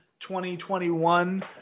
2021